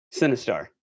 Sinistar